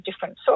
different